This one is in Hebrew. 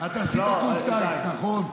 תגיד לי שאתה מאמין במה, תן עוד דקה, יש,